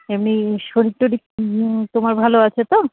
এমনি শরীর টরির তোমার ভালো আছে তো